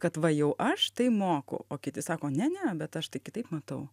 kad va jau aš tai moku o kiti sako ne ne bet aš tai kitaip matau